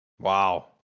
Wow